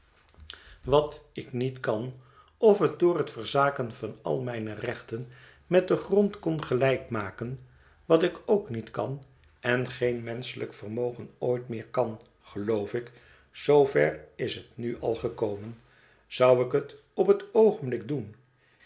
wat ik niet kan of het door het verzaken van al mijne rechten met den grond kon gelijk maken wat ik ook niet kan en geen menschelijk vermogen ooit meer kan geloof ik zoover is het nu al gekomen zou ik het op het oogenblik doen